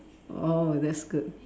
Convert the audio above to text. oh that's good